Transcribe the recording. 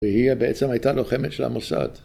והיא בעצם הייתה לוחמת של המוסד.